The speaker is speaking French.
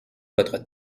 votre